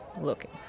looking